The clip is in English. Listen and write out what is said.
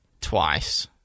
twice